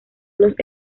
los